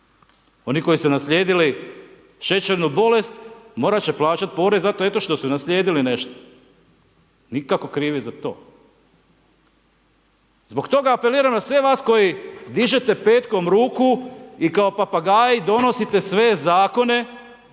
Oni koji su naslijedili šećernu bolest morat će plaćati porez zato eto što su naslijedili nešto, nikako krivi za to. Zbog toga apeliram na sve vas koji dižete petkom ruku i kao papagaji donosite sve zakone